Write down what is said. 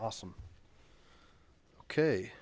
awesome okay